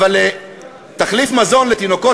אבל על תחליף מזון לתינוקות,